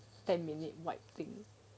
ten minute write thing